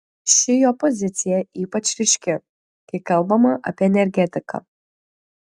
ši jo pozicija ypač ryški kai kalbama apie energetiką